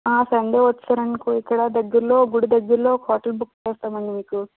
Sunday వచ్చారు అనుకో ఇక్కడ దగ్గర్లో గుడి దగ్గరలో ఒక హోటల్ బుక్ చేస్తాం అండి మీకు